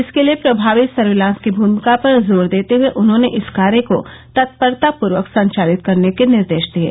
इसके लिये प्रभावी सर्विलांस की भूमिका पर जोर देते हये उन्होंने इस कार्य को तत्परतापूर्वक संचालित करने के निर्देश दिये